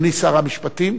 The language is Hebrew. אדוני שר המשפטים.